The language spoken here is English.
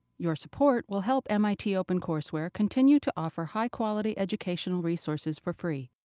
your support will help mit opencourseware continue to offer high quality educational resources for free.